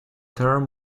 term